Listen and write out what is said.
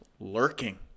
Lurking